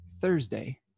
Thursday